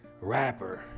rapper